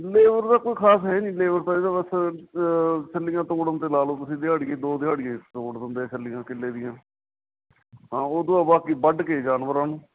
ਲੇਵਰ ਦਾ ਕੋਈ ਖਾਸ ਹੈ ਨਹੀਂ ਲੇਵਰ ਤਾਂ ਇਹਦਾ ਬਸ ਛੱਲੀਆਂ ਤੋੜਨ 'ਤੇ ਲਾ ਲਓ ਤੁਸੀਂ ਦਿਹਾੜੀਏ ਦੋ ਦਿਹਾੜੀਏ ਤੋੜ ਦਿੰਦੇ ਛੱਲੀਆਂ ਕਿੱਲੇ ਦੀਆਂ ਹਾਂ ਉਹ ਤੋਂ ਬਾਅਦ ਬਾਕੀ ਵੱਢ ਕੇ ਜਾਨਵਰਾਂ ਨੂੰ